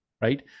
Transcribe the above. right